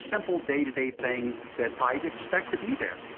simple day-to-day things that i'd expect to be there.